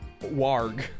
Warg